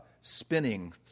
spinning